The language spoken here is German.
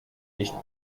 nicht